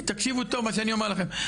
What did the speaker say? תקשיבו טוב מה שאני אומר לכם,